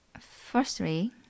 Firstly